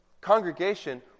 Congregation